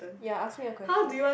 ya ask me a question